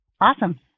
Awesome